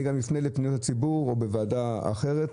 אני גם אפנה לוועדה לפניות הציבור או לוועדת הבריאות